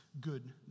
good